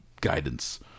guidance